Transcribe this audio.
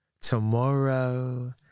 Tomorrow